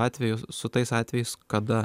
atvejus su tais atvejais kada